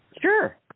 Sure